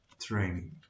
training